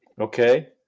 okay